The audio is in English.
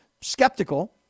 skeptical